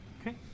Okay